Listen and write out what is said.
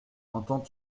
entends